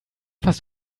fast